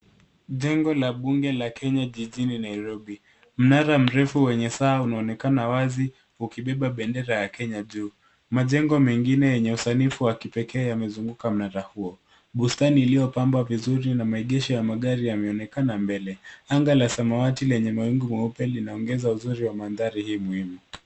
Jengo la bunge la kenya jijini Nairobi. Mnara mrefu wenye saa unaonekana wazi ukibeba bendera ya kenya juu. Majengo mengine yenye usanifu wa kipekee yamezunguka mnara huu. Bustani iliyo pambwa vizuri na maegesho ya magari inaonekana mbele. Anga la samawati lenye mawingu meupe linaongeza uzuri wa mandhari hii muhimu.